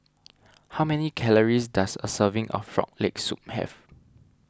how many calories does a serving of Frog Leg Soup have